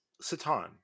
Satan